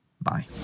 Bye